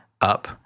up